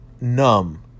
numb